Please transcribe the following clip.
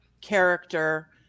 character